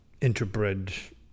interbred